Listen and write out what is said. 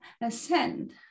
ascend